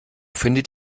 findet